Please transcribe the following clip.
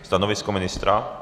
Stanovisko ministra?